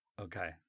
okay